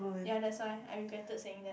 ya that's why I regretted saying that